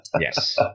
yes